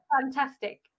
fantastic